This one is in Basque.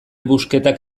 busquetak